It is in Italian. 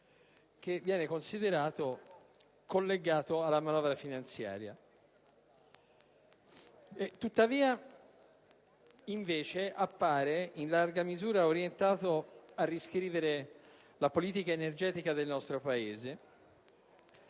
che viene considerato collegato alla manovra finanziaria; tuttavia, esso appare in larga misura orientato a riscrivere la politica energetica del nostro Paese,